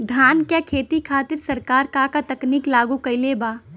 धान क खेती खातिर सरकार का का तकनीक लागू कईले बा?